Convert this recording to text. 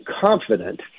confident